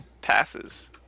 passes